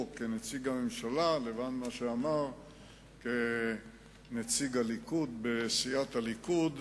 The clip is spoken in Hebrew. כנציג הממשלה לבין מה שהוא אמר כנציג הליכוד בסיעת הליכוד.